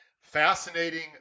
Fascinating